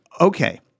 Okay